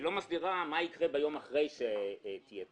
היא לא מסדירה מה יקרה ביום אחרי שתהיה תוכנית.